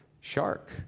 Shark